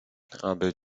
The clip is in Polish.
aby